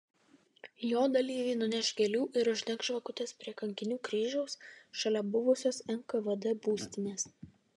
jo dalyviai nuneš gėlių ir uždegs žvakutes prie kankinių kryžiaus šalia buvusios nkvd būstinės